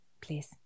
Please